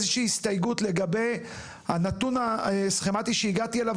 איזה שהיא הסתייגות לגבי הנתון הסכמתי שהגעתי אליו,